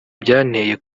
byanteye